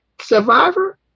Survivor